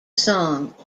song